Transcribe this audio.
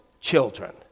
children